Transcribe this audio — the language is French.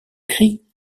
cris